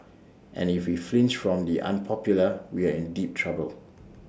and if we flinch from the unpopular we are in deep trouble